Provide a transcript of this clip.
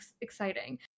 exciting